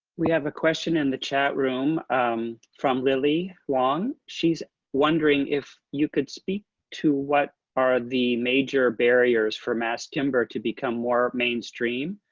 we have a question in the chat room um from lilly wong. she's wondering if you could speak to what are the major barriers for mass timber to become more mainstream.